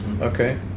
Okay